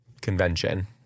Convention